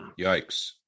Yikes